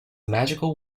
magical